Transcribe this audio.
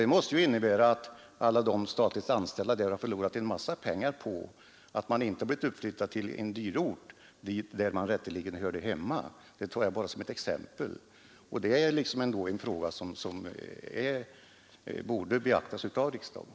Det måste innebära att alla statliga anställda där har förlorat en massa pengar på att de inte blivit uppflyttade till den dyrort där de rätteligen hör hemma. Jag tar det bara som ett exempel. Det är en fråga som borde beaktas av riksdagen.